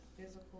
physical